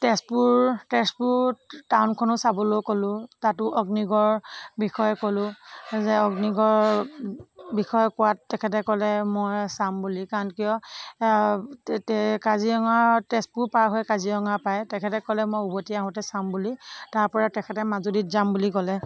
তেজপুৰ তেজপুৰ টাউনখনো চাবলৈ ক'লো তাতো অগ্নিগড় বিষয়ে ক'লো যে অগ্নিগড় বিষয়ে কোৱাত তেখেতে ক'লে মই চাম বুলি কাৰণ কিয় কাজিৰঙা তেজপুৰ পাৰ হৈ কাজিৰঙা পায় তেখেতে ক'লে মই উভতি আহোঁতে চাম বুলি তাৰপৰা তেখেতে মাজুলীত যাম বুলি ক'লে